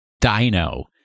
Dino